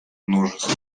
множество